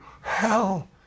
hell